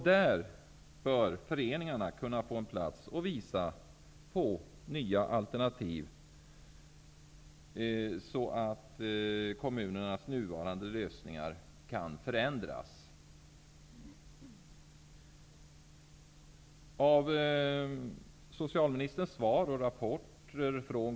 Där bör föreningarna kunna få en plats och visa på nya alternativ, så att kommunernas nuvarande lösningar kan förändras.